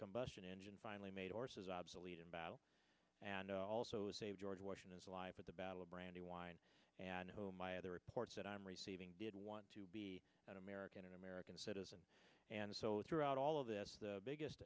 combustion engine finally made orses obsolete in battle and also saved george washington's life at the battle of brandywine and who my other reports that i'm receiving did want to be an american an american citizen and so throughout all of this the biggest